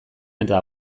eta